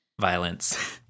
violence